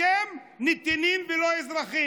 אתם נתינים ולא אזרחים.